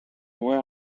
were